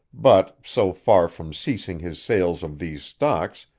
but, so far from ceasing his sales of these stocks,